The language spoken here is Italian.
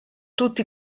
tutti